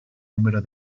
número